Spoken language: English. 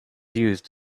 used